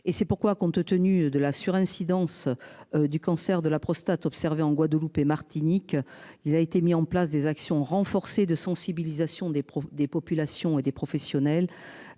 et c'est pourquoi compte tenu de la sur-incidence. Du cancer de la prostate en Guadeloupe et Martinique. Il a été mis en place des actions renforcée de sensibilisation des des populations et des professionnels.